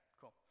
cool